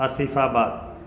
Asifabad